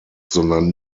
sondern